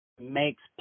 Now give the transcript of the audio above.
makes